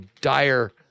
dire